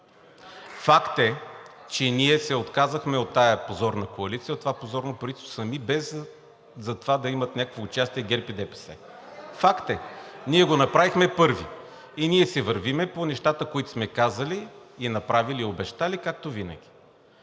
Факт е, че ние се отказахме от тази позорна коалиция и от това позорно правителство сами, без за това да имат някакво участие ГЕРБ и ДПС. Факт е! Ние го направихме първи и ние си вървим по нещата, които сме казали и направили, и обещали, както винаги.